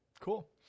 Cool